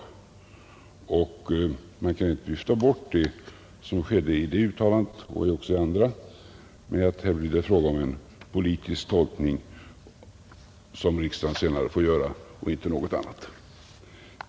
Man kan inte, som skedde i det uttalandet och också i andra, vifta bort det med att det här blir fråga om en politisk tolkning som riksdagen sedan får göra och inte något annat.